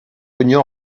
union